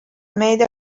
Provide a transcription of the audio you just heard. made